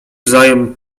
wzajem